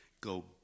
go